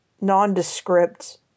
nondescript